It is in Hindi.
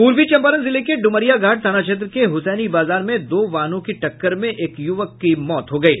पूर्वी चंपारण जिले के डुमरिया घाट थाना क्षेत्र के हुसैनी बाजार में दो वाहनों की टक्कर में एक युवक की मौत हो गयी